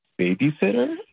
babysitter